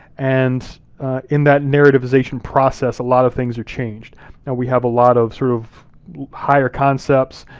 and in that narrativization process, a lot of things are changed. now we have a lot of, sort of higher concepts,